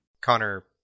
Connor